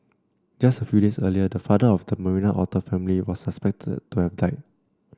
just a few days earlier the father of the Marina otter family was suspected to have died